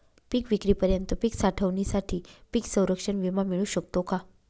पिकविक्रीपर्यंत पीक साठवणीसाठी पीक संरक्षण विमा मिळू शकतो का?